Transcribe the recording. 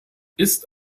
ist